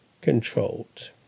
controlled